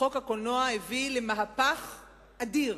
חוק הקולנוע הביא למהפך אדיר